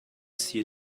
see